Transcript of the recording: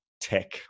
tech